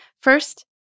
First